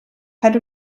had